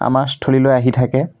আমাৰ স্থলীলৈ আহি থাকে